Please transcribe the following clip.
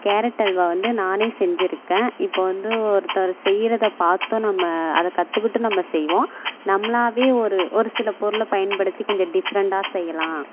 carrot halwa வந்து நானே செஞ்சுருக்கேன் இப்போ வந்து ஒருத்தர் செய்கிறத பார்த்தும் நம்ம அதை கற்றுக்கிட்டும் நம்ம செய்வோம் நம்மளாகவே ஒரு ஒரு சில பொருளை பயன்படுத்தி கொஞ்சம் டிஃப்ரெண்ட்டாக செய்யலாம்